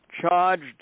Charged